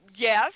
Yes